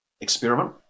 experiment